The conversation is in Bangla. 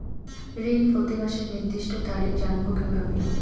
ঋণ প্রতিমাসের নির্দিষ্ট তারিখ জানবো কিভাবে?